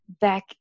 back